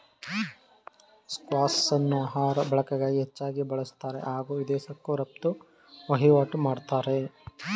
ಸ್ಕ್ವಾಷ್ಅನ್ನ ಆಹಾರ ಬಳಕೆಗಾಗಿ ಹೆಚ್ಚಾಗಿ ಬಳುಸ್ತಾರೆ ಹಾಗೂ ವಿದೇಶಕ್ಕೂ ರಫ್ತು ವಹಿವಾಟು ಮಾಡ್ತಾರೆ